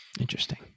interesting